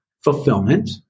fulfillment